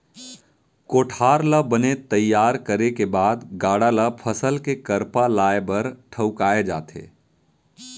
कोठार ल बने तइयार करे के बाद गाड़ा ल फसल के करपा लाए बर ठउकाए जाथे